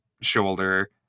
shoulder